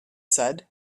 said